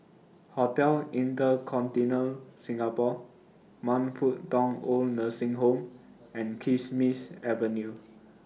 Hotel InterContinental Singapore Man Fut Tong Oid Nursing Home and Kismis Avenue